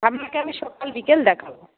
আপনাকে আমি সকাল বিকেল দেখাবো